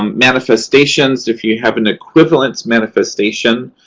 um manifestations. if you have an equivalent manifestation,